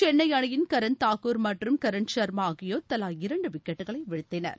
சென்னை அனியின் கர்ரன் தாகூர் மற்றும் கார்ன் ஷர்மா ஆகியோர் தலா இரண்டு விக்கெட்டுகளை வீழ்த்தினர்